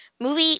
movie